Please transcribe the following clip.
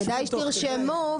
תודה.